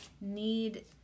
need